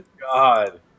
God